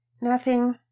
Nothing